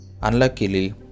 unluckily